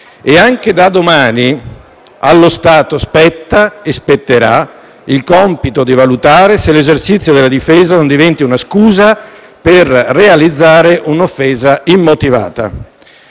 e anche da domani allo Stato spetta e spetterà il compito di valutare se l'esercizio della difesa non diventi una scusa per realizzare un'offesa immotivata.